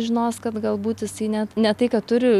žinos kad galbūt jisai net ne tai kad turi